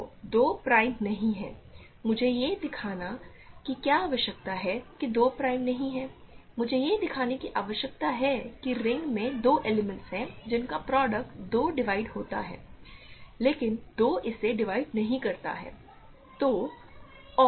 तो 2 प्राइम नहीं है मुझे यह दिखाने की क्या आवश्यकता है कि 2 प्राइम नहीं है मुझे यह दिखाने की आवश्यकता है कि रिंग में दो एलिमेंट्स हैं जिनका प्रोडक्ट 2 डिवाइड होता है लेकिन 2 इसे डिवाइड नहीं करता है